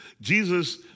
Jesus